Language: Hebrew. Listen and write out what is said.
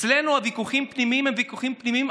אצלנו ויכוחים פנימיים הם ויכוחים פנימיים,